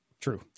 True